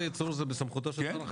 בעצם עברו לתמיכה ישירה בחקלאות.